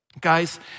guys